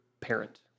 parent